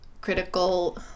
critical